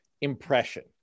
impression